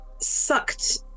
sucked